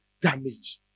damage